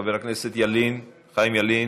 חבר הכנסת חיים ילין,